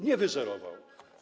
Nie wyzerował.